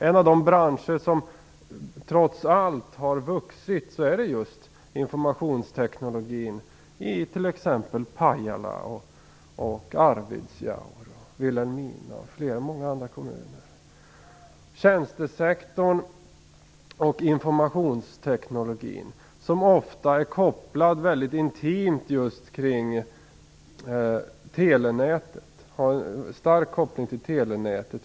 En av de branscher som trots allt har vuxit är just informationstekniken i exempelvis Pajala, Vilhelmina eller Arvidsjaur. Jag skulle kunna nämna många kommuner. Tjänstesektorn och IT har ofta en stark koppling till telenätet.